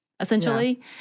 essentially